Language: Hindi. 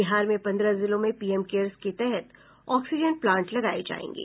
बिहार में पन्द्रह जिलों में पीएम केयर्स के तहत ऑक्सीजन प्लांट लगाये जायेंगे